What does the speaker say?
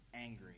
angry